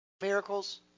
Miracles